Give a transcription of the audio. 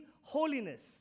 holiness